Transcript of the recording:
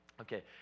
Okay